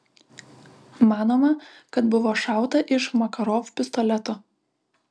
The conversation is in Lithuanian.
manoma kad buvo šauta iš makarov pistoleto